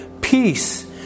peace